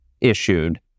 issued